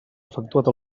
efectuat